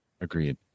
Agreed